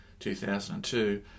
2002